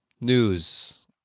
news